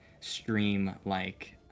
stream-like